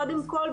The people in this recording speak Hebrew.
קודם כול,